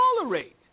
tolerate